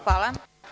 Hvala.